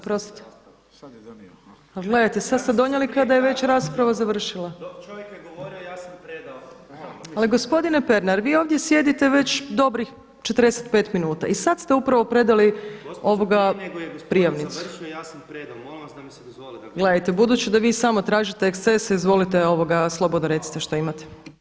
Oprostite, a gledajte sada ste donijeli kada je već rasprava završila. … [[Upadica se ne razumije.]] Ali gospodine Pernar, vi ovdje sjedite već dobrih 45 minuta i sada ste upravo predali prijavnicu. … [[Upadica se ne razumije.]] Gledajte budući da vi samo tražite ekscese izvolite slobodno recite što imate.